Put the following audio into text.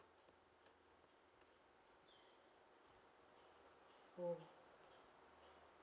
oh